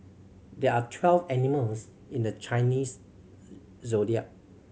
there are twelve animals in the Chinese Zodiac